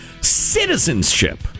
citizenship